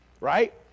right